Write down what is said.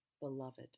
beloved